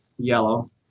yellow